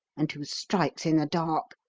and who strikes in the dark.